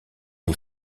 les